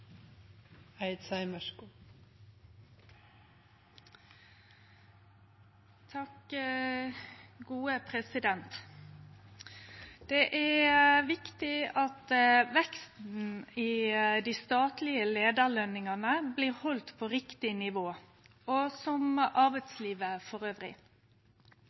viktig at veksten i dei statlege leiarløningane blir haldne på riktig nivå, som i arbeidslivet